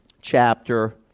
chapter